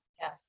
yes